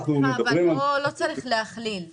לא צריך להכליל פה.